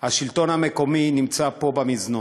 השלטון המקומי נמצא פה במזנון.